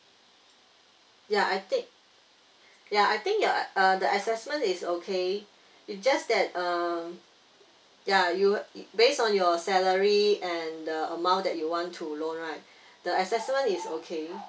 ya I think ya I think the uh the assessment is okay it's just that uh ya you base on your salary and the amount that you want to loan right the assessment is okay